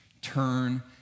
turn